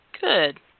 Good